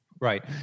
Right